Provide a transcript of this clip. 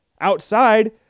outside